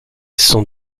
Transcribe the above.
sont